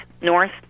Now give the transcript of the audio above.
north